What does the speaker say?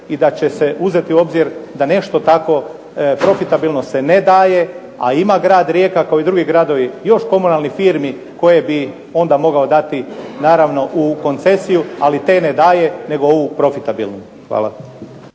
i da će se uzeti u obzir da nešto tako profitabilno se ne daje. A ima grad Rijeka kao i drugi gradovi još komunalnih firmi koje bio onda mogao dati naravno u koncesiju, ali te ne daje nego ovu profitabilnu. Hvala.